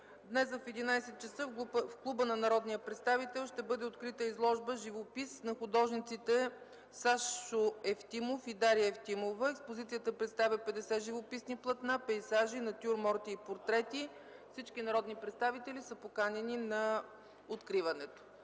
днес в 11,00 ч. в Клуба на народния представител ще бъде открита изложба живопис на художниците Сашо Евтимов и Даря Евтимова. Експозицията представя 50 живописни платна, пейзажи, натюрморти и портрети. Всички народни представители са поканени на откриването.